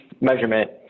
measurement